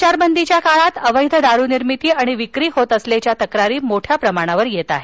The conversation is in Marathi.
संचारबंदी काळात अवैध दारूनिर्मिती आणि विक्री होत असल्याच्या तक्रारी मोठ्या प्रमाणावर येत आहेत